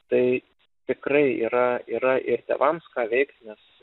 tai tikrai yra yra ir tėvams ką veikt nes